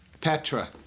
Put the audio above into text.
Petra